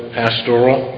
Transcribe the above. pastoral